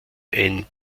ein